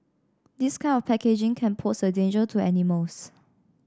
this kind of packaging can pose a danger to animals